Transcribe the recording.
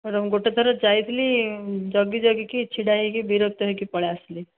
madam ଗୋଟିଏ ଥର ଯାଇଥିଲି ଜଗି ଜଗି କି ଛିଡ଼ା ହୋଇକି ବିରକ୍ତ ହୋଇକି ପଳାଇ ଆସିଲି